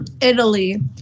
Italy